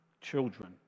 children